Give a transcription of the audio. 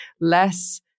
less